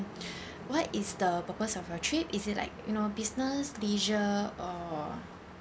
what is the purpose of your trip is it like you know business leisure or